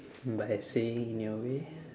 by saying in your way